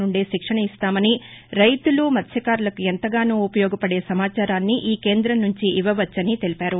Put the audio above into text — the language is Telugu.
నుండే శిక్షణ ఇస్తామని రైతులు మత్స్యకారులకు ఎంతగానో ఉపయోగపదే సమాచారాన్ని ఈ కేంద్రం నుంచి ఇవ్వవచ్చని తెలిపారు